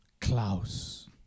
Klaus